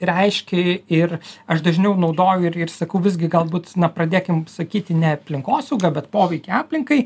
reiškia ir aš dažniau naudoju ir ir sakau visgi galbūt na pradėkim sakyti ne aplinkosauga bet poveikį aplinkai